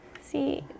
See